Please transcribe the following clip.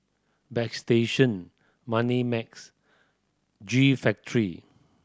Bagstationz Moneymax G Factory